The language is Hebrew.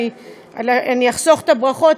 ואני אחסוך את הברכות,